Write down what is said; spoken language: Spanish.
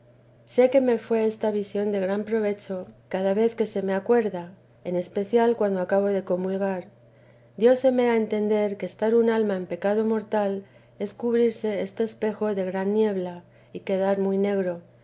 sé que me fué esta visión de gran provecho cada vez que se me acuerdaren especial cuando acabo de comulgar dióscme a entender que estar un alma en pecado mortal es cubrirse este espejo de gran niebla y quedar muy negro